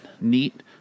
neat